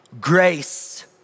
grace